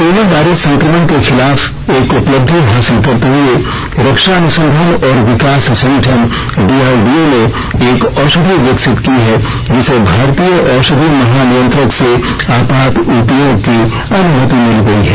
corona virus संक्रमण के खिलाफ एक उपलब्धि हासिल करते हुए रक्षा अनुसंधान और विकास संगठन डीआरडीओ ने एक औषधि विकसित की है जिसे भारतीय औषधि महानियंत्रक से आपात उपयोग की अनुमति मिल गई है